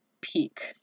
Peak